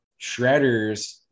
shredders